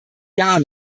gar